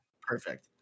Perfect